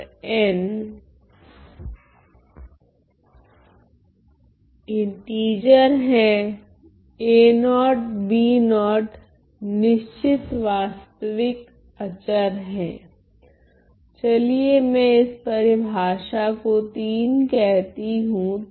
तो निश्चित वास्तविक अचर चलिए मैं इस परिभाषा को III कहती हूँ